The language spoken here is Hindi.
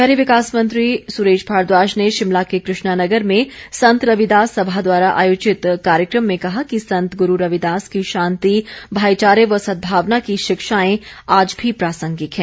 शहरी विकास मंत्री सुरेश भारद्वाज ने शिमला के कृष्णा नगर में संत रविदास सभा द्वारा आयोजित कार्यक्रम में कहा कि संत गुरू रविदास की शांति भाईचारे व सदभावना की शिक्षाएं आज भी प्रासंगिक हैं